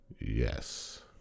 yes